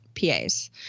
PAs